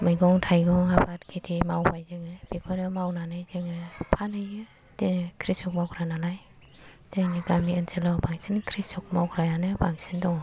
मैागं थाइगं आबाद खिति मावबाय जोङो बेखौनो मावनानै जोङो फानहैयो दे क्रिसक मावग्रा नालाय जोंनि गामि ओनसोलाव बांसिन क्रिसक मावग्रायानो बांसिन दङ'